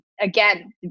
again